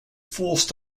forced